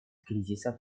кризисов